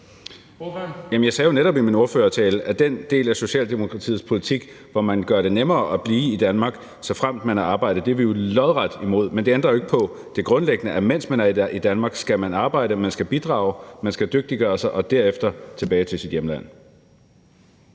jeg sagde jo netop i min ordførertale, at den del af Socialdemokratiets politik, hvor man gør det nemmere at blive i Danmark, såfremt man har arbejde, er vi lodret imod. Men det ændrer jo ikke på det grundlæggende, at mens man er i Danmark, skal man arbejde, man skal bidrage, man skal dygtiggøre sig, og derefter skal man tilbage til sit hjemland.